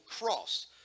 cross